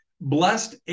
Blessed